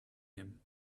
him